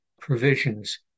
provisions